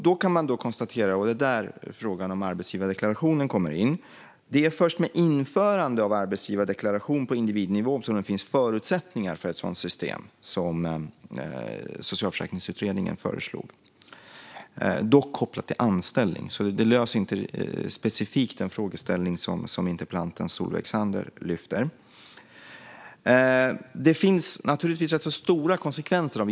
Då kan man konstatera - och här kommer frågan om arbetsgivardeklarationen in - att det är först i och med införande av arbetsgivardeklaration på individnivå som det finns förutsättningar för ett sådant system som Socialförsäkringsutredningen föreslog, dock kopplat till anställning så det löser inte specifikt den frågeställning som interpellanten Solveig Zander lyfter. Införande av en sådan modell får naturligtvis rätt stora konsekvenser.